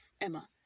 Emma